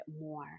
more